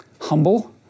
humble